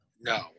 No